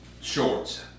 shorts